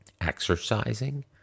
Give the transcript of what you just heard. Exercising